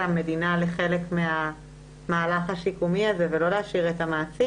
המדינה לחלק מהמהלך השיקומי הזה ולא להשאיר את המעסיק.